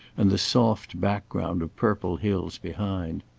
and the soft background of purple hills behind.